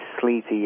sleety